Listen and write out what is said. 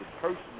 personally